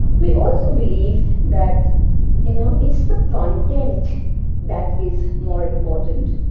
we also believe that you know it's the content that is more important.